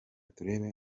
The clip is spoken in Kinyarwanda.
turebe